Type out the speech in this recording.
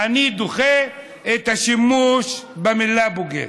אני דוחה את השימוש במילה "בוגד".